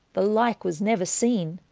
the like was never seene.